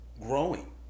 growing